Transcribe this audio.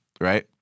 right